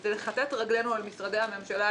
הוא לכתת רגלינו אל משרדי הממשלה,